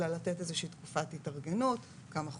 אלא לתת איזושהי תקופת התארגנות כמה חודשים.